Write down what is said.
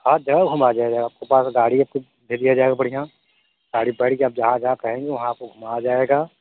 आप जाओ हम आ जाएँगे आपके पास गाड़ी है भेज दिया जाएगा बढ़िया गाड़ी में बैठ जाओ आप जहाँ जहाँ कहेंगी वहाँ आपको घुमाया जाएगा